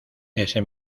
ese